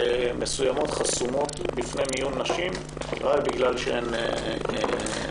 מסוימות חסומות בפני מיון לנשים רק בגלל שהן נשים.